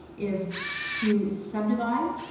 is to subdivide,